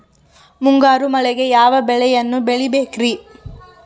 ಮುಂಗಾರು ಮಳೆಗೆ ಯಾವ ಬೆಳೆಯನ್ನು ಬೆಳಿಬೇಕ್ರಿ?